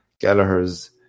Gallagher's